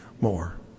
more